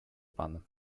pan